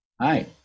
Hi